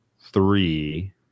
three